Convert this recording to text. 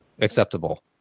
acceptable